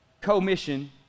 co-mission